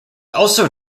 also